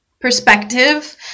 perspective